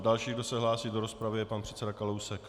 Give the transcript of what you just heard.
Další, kdo se hlásí do rozpravy, je pan předseda Kalousek.